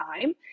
time